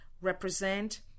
represent